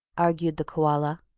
argued the koala.